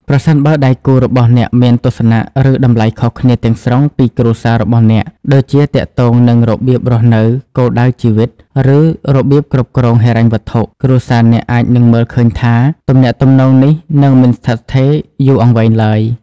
ប្រសិនបើដៃគូរបស់អ្នកមានទស្សនៈ ឬតម្លៃខុសគ្នាទាំងស្រុងពីគ្រួសាររបស់អ្នក ដូចជាទាក់ទងនឹងរបៀបរស់នៅ គោលដៅជីវិត ឬរបៀបគ្រប់គ្រងហិរញ្ញវត្ថុ គ្រួសារអ្នកអាចនឹងមើលឃើញថា ទំនាក់ទំនងនេះនឹងមិនស្ថិតស្ថេរយូរអង្វែងឡើយ។